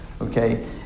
Okay